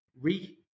re